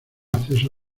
acceso